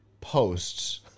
posts